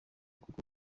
kuko